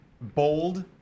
bold